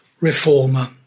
reformer